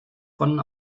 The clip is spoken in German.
von